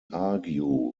argue